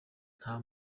nta